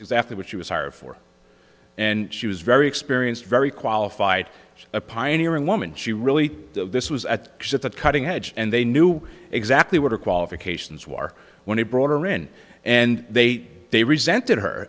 exactly what she was hired for and she was very experienced very qualified as a pioneering woman she really this was at that the cutting edge and they knew exactly what her qualifications were when they brought her in and they they resented her